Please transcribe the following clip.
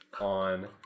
on